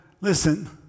listen